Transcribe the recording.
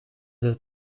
het